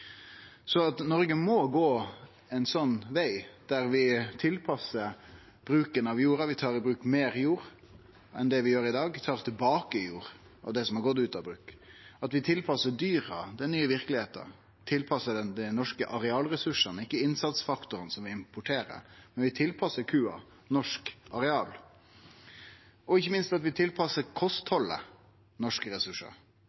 Noreg må gå ein slik veg der vi tilpassar bruken av jorda. Vi tar i bruk meir jord enn det vi gjer i dag. Vi tar tilbake jord frå det som har gått ut av bruk. Vi tilpassar dyra den nye verkelegheita, tilpassar dei dei norske arealressursane, ikkje innsatsfaktorane som vi importerer, men vi tilpassar kua norsk areal. Ikkje minst tilpassar vi